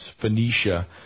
Phoenicia